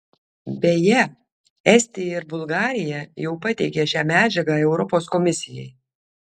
beje estija ir bulgarija jau pateikė šią medžiagą europos komisijai